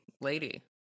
lady